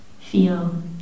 feel